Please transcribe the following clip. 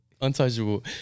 untouchable